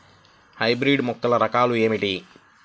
Hybrid మొక్కల రకాలు ఏమిటి?